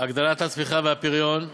הגדלת הצמיחה והפריון.